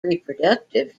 reproductive